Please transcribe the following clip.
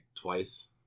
twice